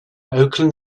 oakland